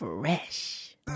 Fresh